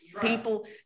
People